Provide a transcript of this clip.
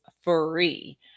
free